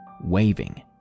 waving